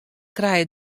krije